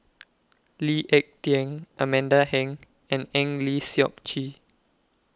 Lee Ek Tieng Amanda Heng and Eng Lee Seok Chee